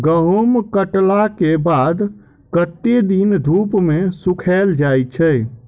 गहूम कटला केँ बाद कत्ते दिन धूप मे सूखैल जाय छै?